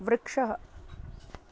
वृक्षः